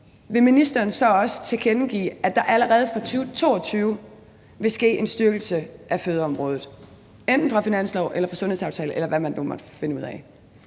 vil ministeren så også tilkendegive, at der allerede fra 2022 vil ske en styrkelse af fødeområdet, enten fra finansloven eller fra en sundhedsaftale, eller hvad man nu måtte finde ud af?